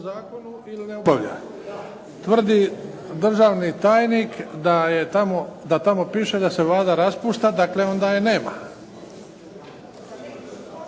tvrdi državni tajnik da tamo piše da se Vlada raspušta. Dakle, onda je nema.